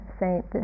saint